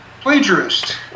Plagiarist